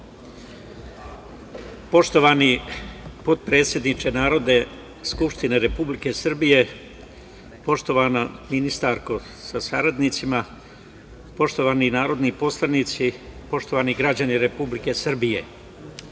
Poštovani potpredsedniče Narodne skupštine Republike Srbije, poštovana ministarko sa saradnicima, poštovani narodni poslanici, poštovani građani Republike Srbije,